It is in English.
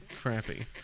crappy